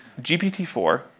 GPT-4